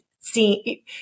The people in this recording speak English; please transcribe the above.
see